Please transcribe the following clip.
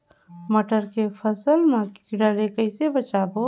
मटर के फसल मा कीड़ा ले कइसे बचाबो?